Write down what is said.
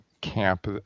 camp